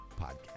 podcast